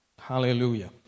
Hallelujah